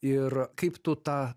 ir kaip tu tą